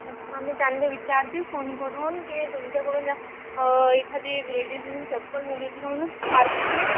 अच्छा मी त्यांनी विचारते फोन करून की तुमच्याकडून एखादी लेडीजनी चप्पल नेली होती का म्हणून स्पार्कची